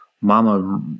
mama